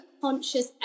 conscious